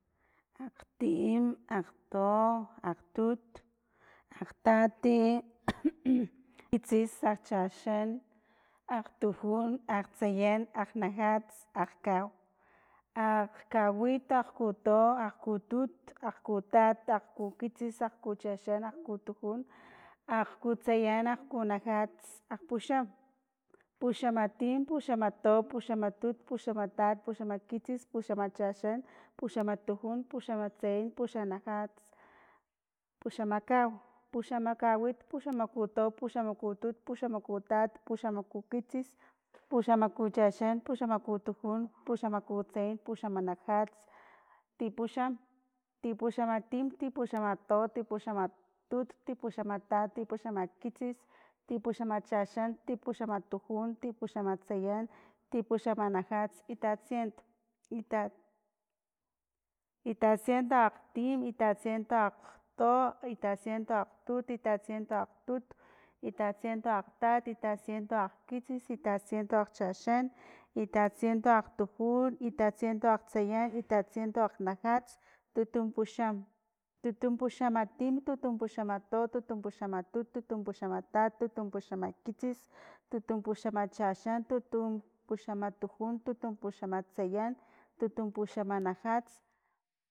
Akgtim, akgto, akgtut, akgtati, akgkitsis, akgchaxan, akgtujun, akgtsayan, akgnajats, akgkau, akgkawit, akgkuto, akgkutut, akgkutat, akgkukitsis, akgkuchaxan, akgkutujun, akgkutsayan, akgkunajats, akgpuxam, puxamatim, puxamato, puxamatut, puxamatat, puxamakitsis, puxamachaxan, puxamatujun, puxamatsayan, puxamanajats, puxamakau, puxamakawit, puxamakuto, puxamakutat, puxamakukitsis, puxamakuchaxan, puxamakutujun, puxamakutsayan, puxamakunajats, tipuxam, tipaxamatim, tipaxamato, tipuxamatut, tipuxamatat, tipaxamakitsis, tipaxamachaxan, tipuxamatujun, tipuxamatsayan, tipuxamanajats, itatsien, itat- itatsiento akgtim, itatsineto akgto, itatsiento aktut, itatsiento aktut, itatsiento akgtat, itatsiento akgkitsis, itatsiento akgchaxan, itatsiento akgtujun, itatsiento akgtsayan, itatsiento akgnajats, tutumpuxam, tutumpaxamatim, tutumpaxamato, tutumpuxamatut, tutumpuxamatat, tutumpuxamakitsis, tutumpuxamachaxan, tutumpaxamatujun, tutumpuxamatsayan, tutumpaxamanajats.